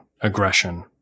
aggression